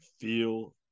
feel